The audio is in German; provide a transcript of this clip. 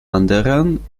anderen